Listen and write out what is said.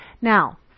Now